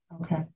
Okay